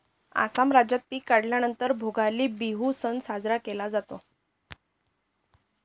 आसाम राज्यात पिक काढल्या नंतर भोगाली बिहू सण साजरा केला जातो